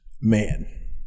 man